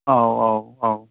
औ औ औ